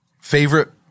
Favorite